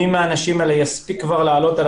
מי מהאנשים האלה יספיק כבר לעלות על